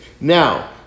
Now